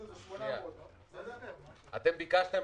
ביקשתם עכשיו גם ------ את המספרים.